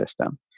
system